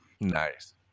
Nice